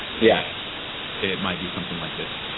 yeah it might be something like this,